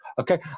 Okay